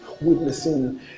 witnessing